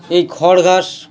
এই খড় ঘাস